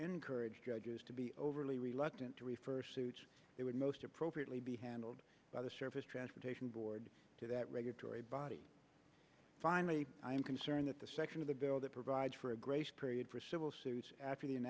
encourage judges to be overly reluctant to refer suits it would most appropriately be handled by the surface transportation board to that regulatory body finally i am concerned that the section of the bill that provides for a grace period for civil suits a